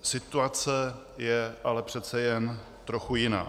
Situace je ale přece jen trochu jiná.